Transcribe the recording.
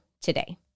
today